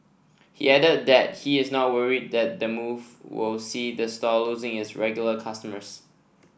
he added that he is not worried that the move will see the store losing its regular customers